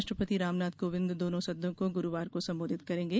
राष्ट्रपति रामनाथ कोविंद दोनों सदनों को गुरुवार को संबोधित करेंगे